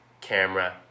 camera